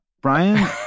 Brian